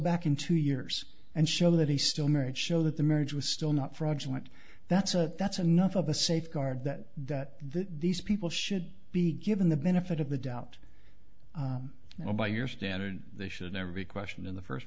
back in two years and show that he still married show that the marriage was still not fraudulent that's it that's enough of a safeguard that that these people should be given the benefit of the doubt and by your standard they should never be questioned in the first